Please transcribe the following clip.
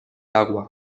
agua